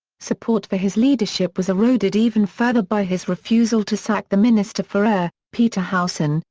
support for his leadership was eroded even further by his refusal to sack the minister for air, peter howson,